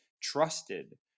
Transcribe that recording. trusted